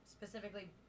Specifically